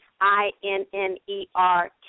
I-N-N-E-R